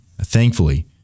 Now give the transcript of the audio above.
thankfully